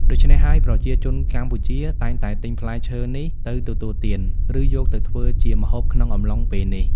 ដូច្នេះហើយ ប្រជាជនកម្ពុជាតែងតែទិញផ្លែឈើនេះទៅទទួលទាន ឬយកទៅធ្វើជាម្ហូបក្នុងអំឡុងពេលនេះ។